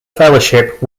fellowship